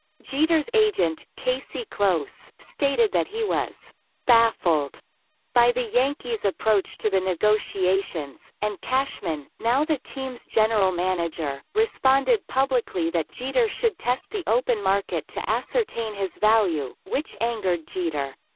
jeter's agent, casey close, stated that he was baffled by the yankees' approach to the negotiations, and cashman, now the team's general manager, responded publicly that jeter should test the open market to ascertain his value, which angered jeter.